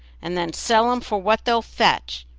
and then sell em for what they'll fetch,